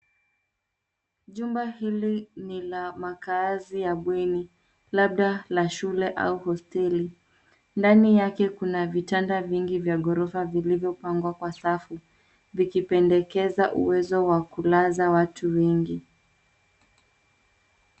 Jumba hili ni la makaazi ya bweni, labda la shule au hosteli. Ndani yake kuna vitanda vingi vya ghorofa vilivyopangwa kwa safu, vikipendekeza uwezo wa kulaza watu wengi.